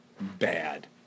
bad